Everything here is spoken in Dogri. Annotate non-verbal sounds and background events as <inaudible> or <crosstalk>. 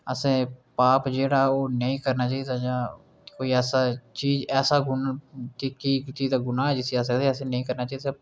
असें पाप जेह्ड़ा ओह् नेईं करना चाहिदा जां कोई ऐसा चीज कोई ऐसा <unintelligible> गुनाह् जिसी अस आक्खी सकदे असें नेईं करना चाहिदा